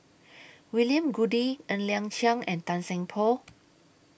William Goode Ng Liang Chiang and Tan Seng Poh